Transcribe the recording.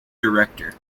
director